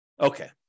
Okay